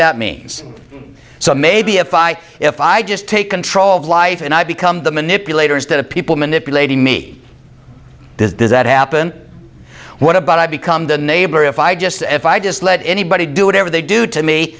that means so maybe if i if i just take control of life and i become the manipulators that a people manipulating me does that happen what about i become the neighbor if i just if i just let anybody do whatever they do to m